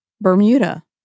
Bermuda